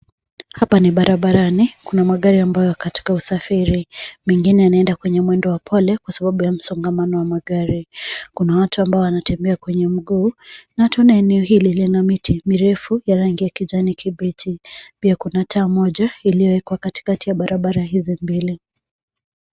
Hapa ni barabarani. Kuna magari ambayo yapo katika usafiri. Mengine yanaenda kwenye mwendo ya upole kwasababu ya msongamano wa magari. Kuna watu ambao wanatembea kwenye mguu na tunaona eneo hili lina miti mirefu ya rangi ya kijani kibichi . Pia kuna taa moja iliyowekwa katikati ya barabara hizi mbili.